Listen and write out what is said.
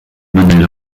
maneira